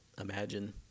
imagine